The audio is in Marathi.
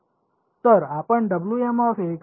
तर आपण हे फंक्शन घेऊ